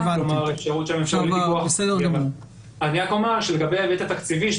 אני רק אומר שלגבי ההיבט התקציבי,